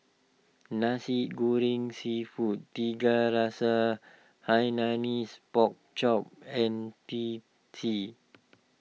Nasi Goreng Seafood Tiga Rasa Hainanese Pork Chop and Teh T